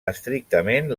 estrictament